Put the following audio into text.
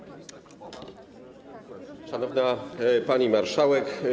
Szanowna Pani Marszałek!